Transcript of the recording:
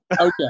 Okay